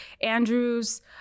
Andrews